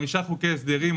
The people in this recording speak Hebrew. חמישה חוקי הסדרים,